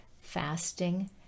fasting